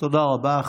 תודה רבה.